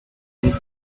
made